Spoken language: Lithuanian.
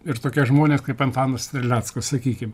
ir tokie žmonės kaip antanas terleckas sakykim